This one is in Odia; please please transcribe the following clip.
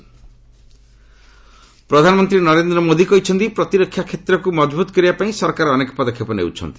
ପିଏମ୍ ପ୍ରଧାନମନ୍ତ୍ରୀ ନରେନ୍ଦ୍ର ମୋଦି କହିଛନ୍ତି ପ୍ରତିରକ୍ଷା କ୍ଷେତ୍ରକୁ ମଜବୁତ୍ କରିବାପାଇଁ ସରକାର ଅନେକ ପଦକ୍ଷେପ ନେଉଛନ୍ତି